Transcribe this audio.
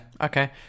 okay